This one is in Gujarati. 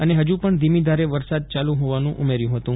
અને હજુ પણ ધીમી ધારે વરસાદ ચાલુ હોવાનું ઉમેર્યું હતું